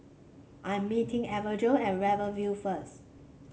I'm meeting Imogene at Rivervale first